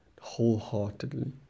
wholeheartedly